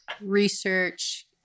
research